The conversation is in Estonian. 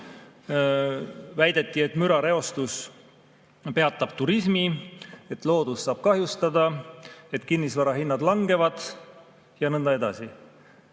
Väideti, et mürareostus peatab turismi, loodus saab kahjustada, kinnisvarahinnad langevad ja nõnda edasi.